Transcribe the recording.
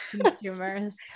consumers